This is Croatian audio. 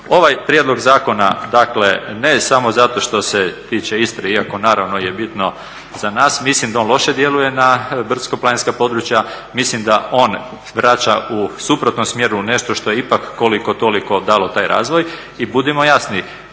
Ovaj prijedlog zakona dakle ne samo zato što se tiče Istre, iako naravno je bitno za nas, mislim da on loše djeluje na brdsko-planinska područja, mislim da on vraća u suprotnom smjeru nešto što je ipak koliko toliko dalo taj razvoj. I budimo jasni,